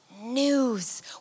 news